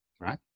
right